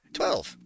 twelve